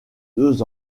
deux